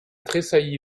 tressaillit